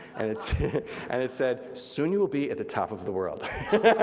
and it and it said, soon you will be at the top of the world.